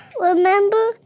Remember